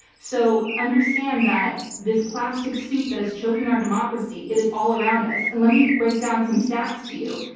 so understand that this plastic soup that is choking our democracy, it is all around us and let me break down some stats to you.